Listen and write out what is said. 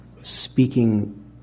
speaking